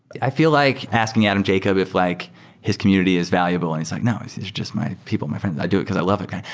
i feel like asking adam jacob if like his community is valuable and he's like, no. so just my people, my friends. i do because i love it.